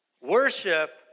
Worship